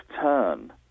turn